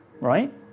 right